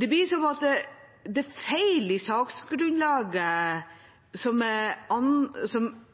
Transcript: Det blir som om det er feil i saksgrunnlaget, det som legger grunnlaget for de beslutningene som